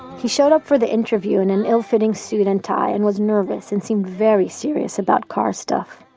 he showed up for the interview in an ill fitting suit and tie, and was nervous and seemed very serious about car stuff,